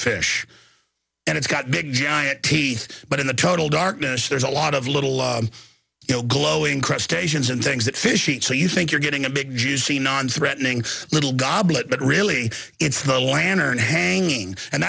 fish and it's got big giant teeth but in the total darkness there's a lot of little glowing cross stations and things that fish eat so you think you're getting a big juicy non threatening little goblet but really it's the lantern hanging and